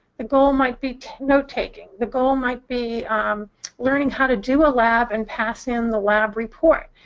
the goal might be note-taking. the goal might be learning how to do a lab and passing in the lab report.